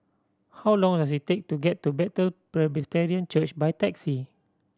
how long does it take to get to Bethel Presbyterian Church by taxi